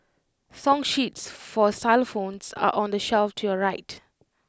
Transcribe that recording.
song sheets for xylophones are on the shelf to your right